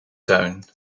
tuin